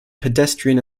pedestrian